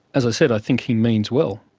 as i said, i think he means well.